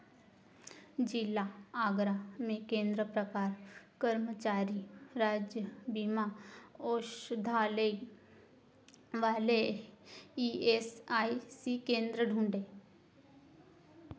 जिला आगरा में केंद्र प्रकार कर्मचारी राज्य बीमा औषधालय वाले ई एस आई सी केंद्र ढूँढें